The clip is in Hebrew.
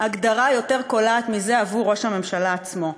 הגדרה יותר קולעת מזה עבור ראש הממשלה עצמו,